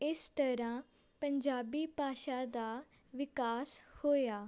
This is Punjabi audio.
ਇਸ ਤਰ੍ਹਾਂ ਪੰਜਾਬੀ ਭਾਸ਼ਾ ਦਾ ਵਿਕਾਸ ਹੋਇਆ